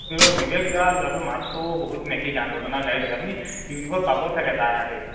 বিবেক লোৱা ল'ৰাটোৰ মাতটো বহুত সি গান বাজনা গাইয়ে থাকে আপুনি ইউটিউবত পাব চাগৈ তাৰ হেৰিটো